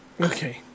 Okay